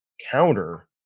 counter